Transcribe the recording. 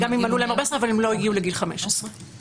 אבל זה עוגן מאוד משמעותי בדוח של הוועדה כל נושא הליווי הסוציאלי.